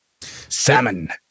Salmon